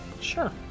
Sure